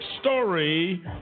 story